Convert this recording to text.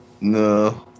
No